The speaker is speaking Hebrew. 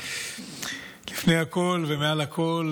לפני הכול ומעל הכול,